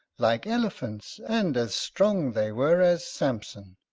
like elephants, and as strong they were as sampson,